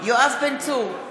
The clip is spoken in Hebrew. יואב בן צור,